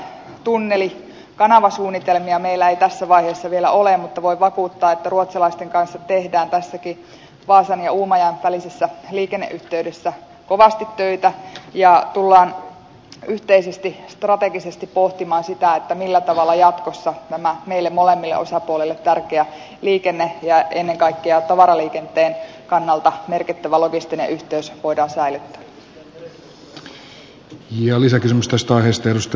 mitään näitä tunnelisuunnitelmia meillä ei tässä vaiheessa vielä ole mutta voin vakuuttaa että ruotsalaisten kanssa tehdään tässäkin vaasan ja uumajan välisessä liikenneyhteydessä kovasti töitä ja tullaan yhteisesti strategisesti pohtimaan sitä millä tavalla jatkossa tämä meille molemmille osapuolille tärkeä liikenne ja ennen kaikkea tavaraliikenteen kannalta merkittävä logistinen yhteys voidaan säilyttää